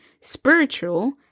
spiritual